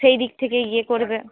সেইদিক থেকে ইয়ে করবে